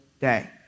day